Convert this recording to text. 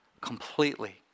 completely